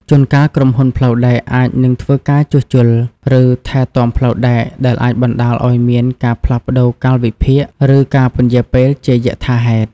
ជួនកាល ក្រុមហ៊ុនផ្លូវដែកអាចនឹងធ្វើការជួសជុល ឬថែទាំផ្លូវដែក ដែលអាចបណ្ដាលឱ្យមានការផ្លាស់ប្តូរកាលវិភាគ ឬការពន្យារពេលជាយថាហេតុ។